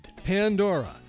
Pandora